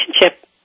relationship